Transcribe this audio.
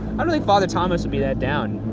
i don't think father thomas would be that down.